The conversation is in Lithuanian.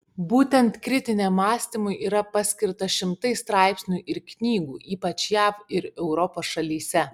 būtent kritiniam mąstymui yra paskirta šimtai straipsnių ir knygų ypač jav ir europos šalyse